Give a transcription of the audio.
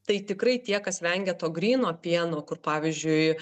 tai tikrai tie kas vengia to gryno pieno kur pavyzdžiui